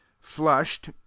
flushed